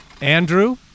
Andrew